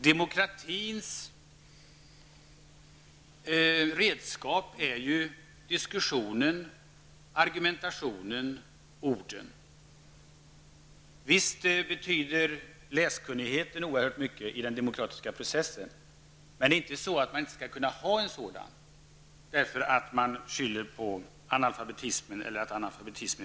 Demokratins redskap är ju diskussionen, argumentationen, orden. Visst betyder läskunnigheten oerhört mycket i den demokratiska processen, men inte så mycket att man inte skall kunna ha en sådan på grund av analfabetism.